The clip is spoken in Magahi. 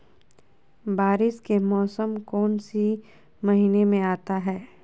बारिस के मौसम कौन सी महीने में आता है?